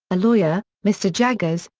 a lawyer, mr. jaggers,